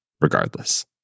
regardless